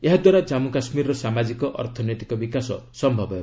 ଏହା ଦ୍ୱାରା ଜାନ୍ଗୁ କାଶ୍ମୀରର ସାମାଜିକ ଅର୍ଥନୈତିକ ବିକାଶ ସମ୍ଭବ ହେବ